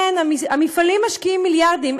כן, המפעלים משקיעים מיליארדים.